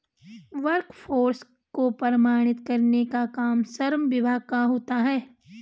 workforce को प्रमाणित करने का काम श्रम विभाग का होता है